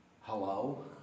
Hello